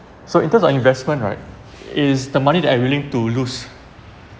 so in terms on investment right it's the money that I willing to lose